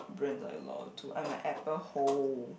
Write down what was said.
brands I loyal to I'm a Apple hole